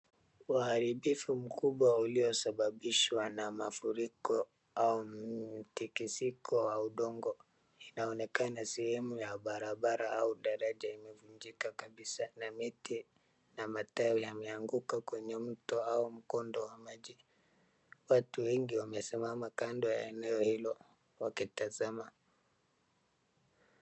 Uharibifu mkubwa uliosababishwa na mafuriko au mtekisiko wa udongo. Inaonekana sehemu ya barabara au daraja imevunjika kabisa, na miti na matawi yameanguka kwenye mto au mkondo wa maji. Watu wengi wamesimama kando ya eneo hilo wakitazama.